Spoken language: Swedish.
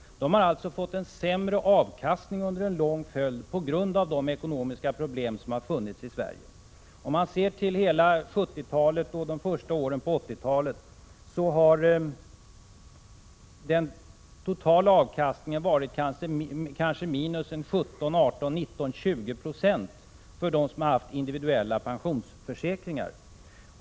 De har alltså fått en sämre avkastning under en lång följd av år, på grund av de ekonomiska problem som funnits i Sverige. Under 1970-talet och de första åren av 1980-talet har den totala avkastningen varit kanske minus 17—20 96 för dem som haft individuella pensionsförsäkringar.